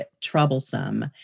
troublesome